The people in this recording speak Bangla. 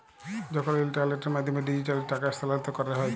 যখল ইলটারলেটের মাধ্যমে ডিজিটালি টাকা স্থালাল্তর ক্যরা হ্যয়